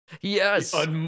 Yes